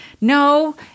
no